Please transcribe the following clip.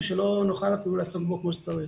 שלא נוכל אפילו לעסוק בו כמו שצריך.